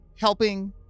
Helping